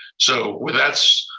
so with that,